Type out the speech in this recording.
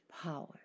power